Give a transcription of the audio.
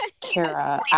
Kara